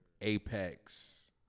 apex